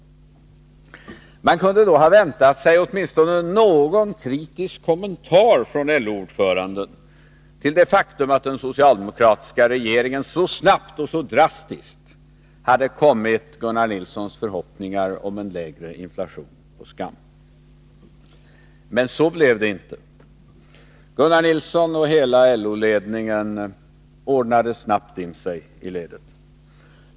Man kunde då ha väntat sig åtminstone någon kritisk kommentar från LO-ordföranden beträffande det faktum att den socialdemokratiska regeringen så snabbt och så drastiskt hade kommit Gunnar Nilssons förhoppningar om en lägre inflationstakt på skam. Men så blev det inte. Gunnar Nilsson och hela LO-ledningen ordnade snabbt in sig i ledet.